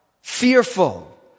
fearful